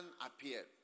appeared